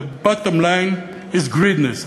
the bottom line is greediness.